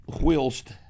Whilst